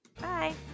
bye